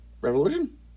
revolution